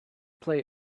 play